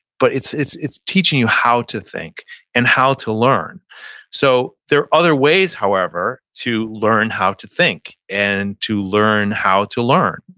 but it's it's teaching you how to think and how to learn so there are other ways however, to learn how to think, and to learn how to learn.